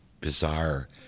bizarre